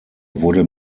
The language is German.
wurde